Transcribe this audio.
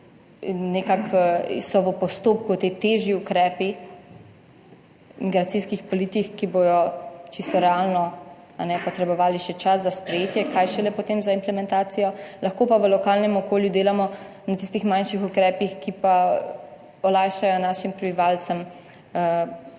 nekako so v postopku ti težji ukrepi migracijskih politik, ki bodo čisto realno potrebovali še čas za sprejetje, kaj šele potem za implementacijo, lahko pa v lokalnem okolju delamo na tistih manjših ukrepih, ki pa olajšajo našim prebivalcem,